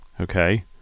Okay